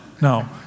no